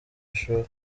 ishuri